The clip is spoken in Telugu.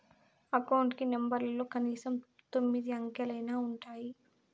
అకౌంట్ కి నెంబర్లలో కనీసం తొమ్మిది అంకెలైనా ఉంటాయి